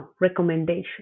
recommendation